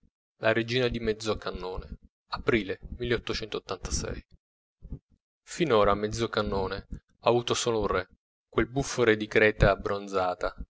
la regina di mezzocannone aprile finora mezzocannone ha avuto solo un re quel buffo re di creta bronzata